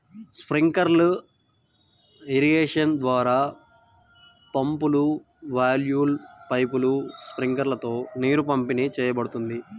sprinkler irrigation ద్వారా పంపులు, వాల్వ్లు, పైపులు, స్ప్రింక్లర్లతో నీరు పంపిణీ చేయబడుతుంది